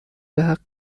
بحق